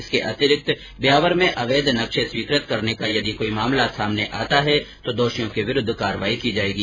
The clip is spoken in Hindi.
इसके अतिरिक्त ब्यावर में अवैध नक्शे स्वीकृत करने का यदि कोई मामला सामने आता है तो दोषियों के विरूद्व कार्यवाही की जाएगी